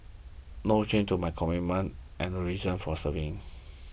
no change to my commitment and reason for serving